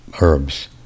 herbs